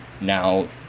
now